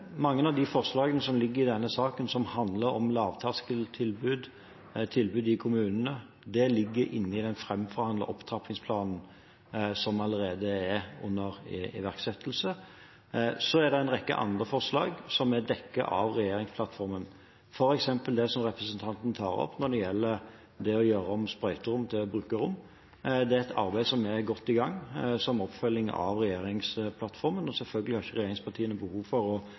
Mange av de forslagene som foreligger i denne saken som handler om lavterskeltilbud og tilbud i kommunene, ligger inne i den framforhandlede opptrappingsplanen som allerede er under iverksettelse. Så er det en rekke andre forslag som er dekket av regjeringsplattformen, f.eks. det som representanten tar opp når det gjelder det å gjøre om sprøyterom til brukerrom. Det er et arbeid som er godt i gang, som oppfølging av regjeringsplattformen, og selvfølgelig har ikke regjeringspartiene behov for å